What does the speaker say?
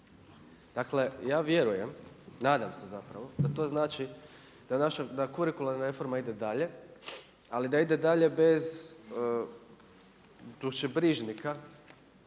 Dakle, ja vjerujem, nadam se zapravo da to znači da kurikularna reforma ide dalje ali da ide dalje bez dušobrižnika